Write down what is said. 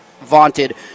vaunted